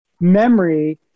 memory